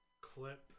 clip